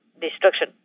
destruction